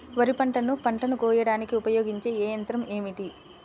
వరిపంటను పంటను కోయడానికి ఉపయోగించే ఏ యంత్రం ఏమిటి?